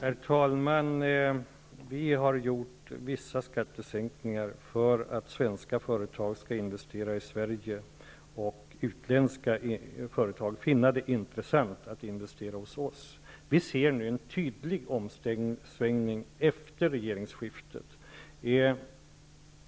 Herr talman! Vi har genomfört vissa skattesänkningar för att svenska företag skall investera i Sverige och utländska företag finna det intressant att investera hos oss. Vi ser nu en tydlig omsvängning efter regeringsskiftet.